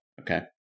okay